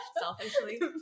Selfishly